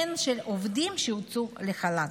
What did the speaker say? הן של עובדים שהוצאו לחל"ת.